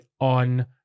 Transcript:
on